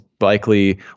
likely